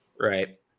right